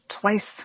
twice